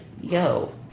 yo